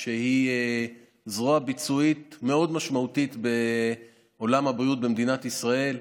שהיא זרוע ביצועית מאוד משמעותית בעולם הבריאות במדינת ישראל.